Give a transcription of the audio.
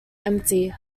empty